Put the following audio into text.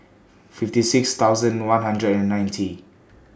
fifty six thousand one hundred and ninety